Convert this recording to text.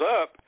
up